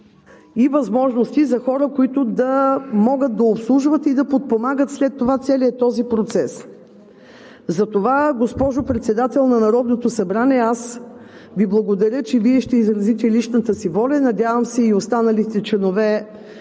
и възможности за хора, които да могат да обслужват и да подпомагат след това целия този процес. Затова, госпожо Председател на Народното събрание, аз Ви благодаря, че Вие ще изразите личната си воля, надявам се – и останалите членове